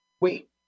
Wait